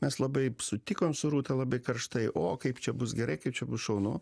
mes labai sutikom su rūta labai karštai o kaip čia bus gerai kaip čia bus šaunu